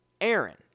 Aaron